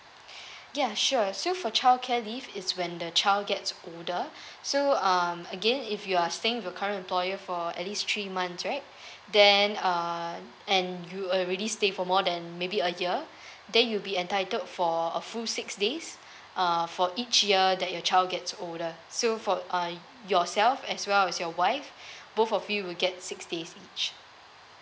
ya sure so for childcare leave is when the child gets older so um again if you are staying with your current employer for at least three months right then uh and you already stay for more than maybe a year then you'll be entitled for a full six days uh for each year that your child gets older so for uh yourself as well as your wife both of you will get six day each